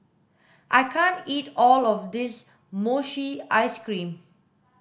I can't eat all of this mochi ice cream